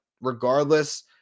regardless